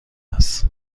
است